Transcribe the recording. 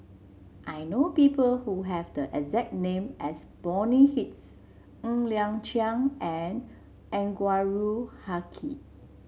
I know people who have the exact name as Bonny Hicks Ng Liang Chiang and Anwarul Haque